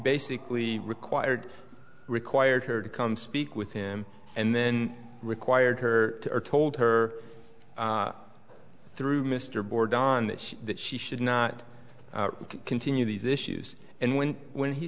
basically required required her to come speak with him and then required her or told her through mr board on that she that she should not continue these issues and when when he